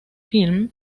film